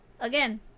Again